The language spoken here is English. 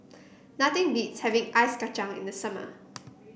nothing beats having Ice Kachang in the summer